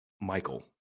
Michael